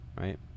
Right